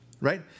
right